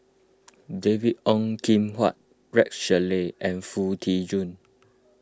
David Ong Kim Huat Rex Shelley and Foo Tee Jun